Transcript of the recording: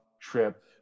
trip